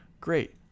Great